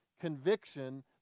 conviction